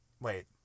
Wait